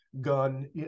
gun